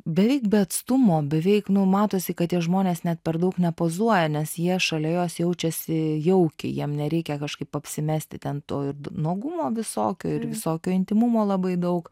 beveik be atstumo beveik nu matosi kad tie žmonės net per daug nepozuoja nes jie šalia jos jaučiasi jaukiai jiem nereikia kažkaip apsimesti ten to ir nuogumo visokio ir visokio intymumo labai daug